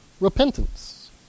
repentance